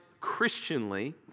Christianly